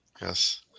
Yes